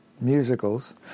musicals